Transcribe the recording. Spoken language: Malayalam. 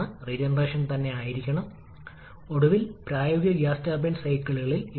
എന്നാൽ നോക്കൂ മൊത്തം താപ ഇൻപുട്ട് ആവശ്യകത